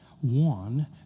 one